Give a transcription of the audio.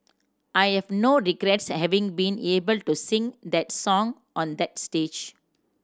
I have no regrets having been able to sing that song on that stage